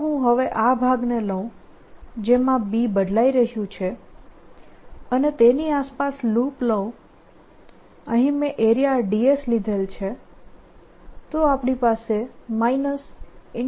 જો હું હવે આ ભાગને લઉ જેમાં B બદલાઈ રહ્યું છે અને તેની આસપાસ લૂપ લઉં અહીં મેં એરિયા ds લીધેલ છે તો આપણી પાસે ∂Brt∂t